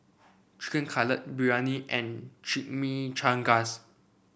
Chicken Cutlet Biryani and Chimichangas